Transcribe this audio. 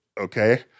okay